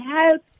help